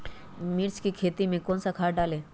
मिर्च की खेती में कौन सा खाद डालें?